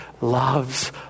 loves